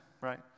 right